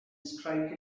strike